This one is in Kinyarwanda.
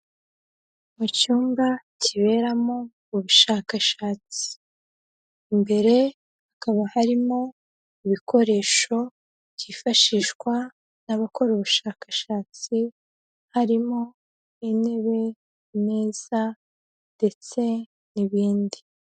Mu cyumba kiberamo ubushakashatsi, imbere hakaba harimo ibikoresho byifashishwa n'abakora ubushakashatsi, harimo intebe, imeza ndetse n'ibindi.